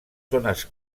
zones